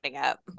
up